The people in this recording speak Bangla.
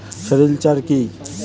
সেরিলচার কি?